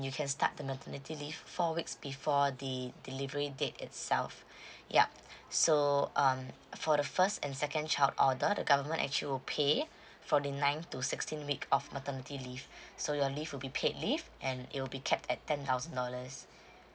you can start the maternity leave four weeks before the delivery date itself yup so um for the first and second child order the government actually will pay fourty nine to sixteen week of maternity leave so your leave will be paid leave and it will be capped at ten thousand dollars